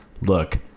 look